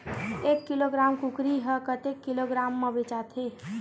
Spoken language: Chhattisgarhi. एक किलोग्राम कुकरी ह कतेक किलोग्राम म बेचाथे?